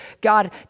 God